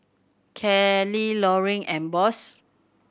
Kelly Loring and Boss